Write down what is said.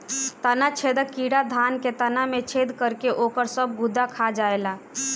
तना छेदक कीड़ा धान के तना में छेद करके ओकर सब गुदा खा जाएला